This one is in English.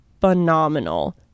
Phenomenal